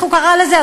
איך הוא קרא לזה?